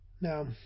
Now